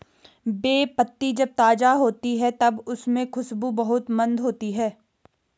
बे पत्ती जब ताज़ा होती है तब उसमे खुशबू बहुत मंद होती है